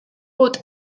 bod